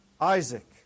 Isaac